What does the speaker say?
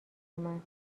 اومد